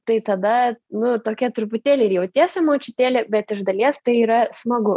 tai tada nu tokia truputėlį ir jautiesi močiutėlė bet iš dalies tai yra smagu